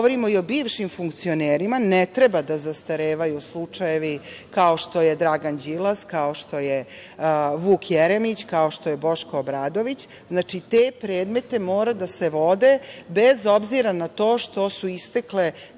govorimo i o bivšim funkcionerima ne treba da zastarevaju slučajevi kao što je Dragan Đilas, kao što je Vuk Jeremić, kao što je Boško Obradović. Znači, ti predmeti moraju da se vode, bez obzira na to što su istekle